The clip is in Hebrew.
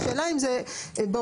השאלה אם זה באותו,